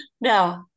no